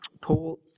Paul